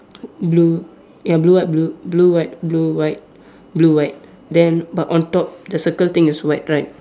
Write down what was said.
blue ya blue white blue blue white blue white blue white then but on top the circle thing is white right